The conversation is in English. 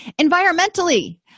Environmentally